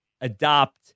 adopt